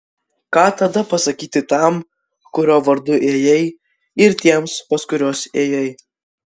ką tada pasakyti tam kurio vardu ėjai ir tiems pas kuriuos ėjai